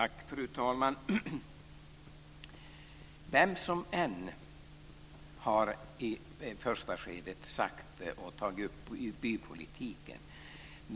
Fru talman! Jag vet inte vem som i första skedet har sagt och tagit upp ordet "bypolitik".